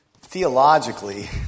theologically